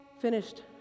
finished